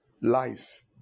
life